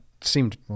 seemed